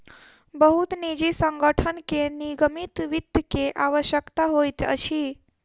बहुत निजी संगठन के निगमित वित्त के आवश्यकता होइत अछि